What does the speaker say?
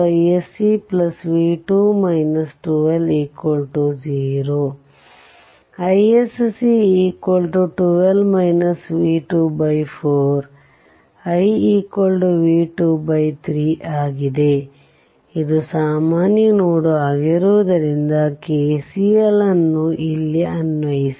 4 x iSCV2 12 0 iSC 4 iV2 3 ಆಗಿದೆ ಇದು ಸಾಮಾನ್ಯ ನೋಡ್ ಆಗಿರುವುದರಿಂದ KCL ಅನ್ನು ಇಲ್ಲಿ ಅನ್ವಯಿಸಿ